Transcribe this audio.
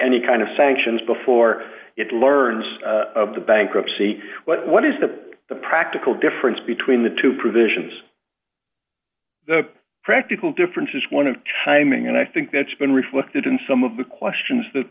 any kind of sanctions before it learns of the bankruptcy what is the the practical difference between the two provisions the practical difference is one of timing and i think that's been reflected in some of the questions that